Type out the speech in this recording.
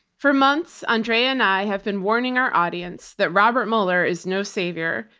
for months, andrea and i have been warning our audience that robert mueller is no savior,